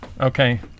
Okay